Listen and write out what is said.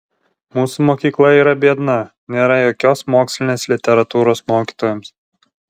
mūsų mokykla yra biedna nėra jokios mokslinės literatūros mokytojams